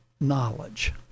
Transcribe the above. knowledge